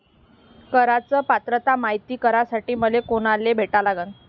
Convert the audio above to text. कराच पात्रता मायती करासाठी मले कोनाले भेटा लागन?